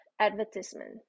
advertisement